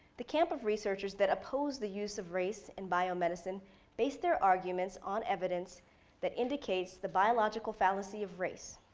the camp of researchers that opposed the use of race and biomedicine based their arguments on evidence that indicates the biological fallacy of race.